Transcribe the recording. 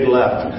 left